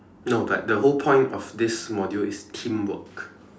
no but the whole point of this module is teamwork